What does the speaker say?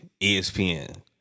ESPN